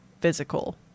physical